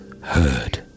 heard